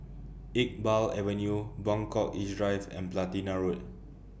Iqbal Avenue Buangkok East Drive and Platina Road